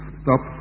stop